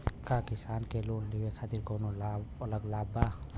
का किसान के लोन लेवे खातिर कौनो अलग लाभ बा?